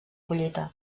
collita